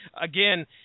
again